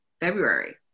February